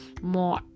more